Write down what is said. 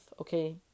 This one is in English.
okay